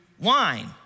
wine